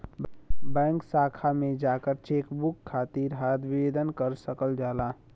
bank शाखा में जाकर चेकबुक के खातिर आवेदन किहल जा सकला